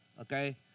Okay